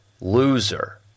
loser